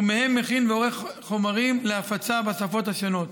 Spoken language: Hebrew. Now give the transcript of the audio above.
ומהם מכין ועורך חומרים להפצה בשפות השונות.